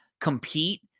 compete